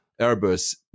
Airbus